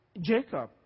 Jacob